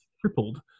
tripled